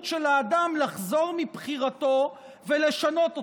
של האדם לחזור בו מבחירתו ולשנות אותה,